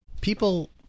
people